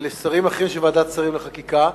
ולשרים אחרים בוועדת השרים לחקיקה,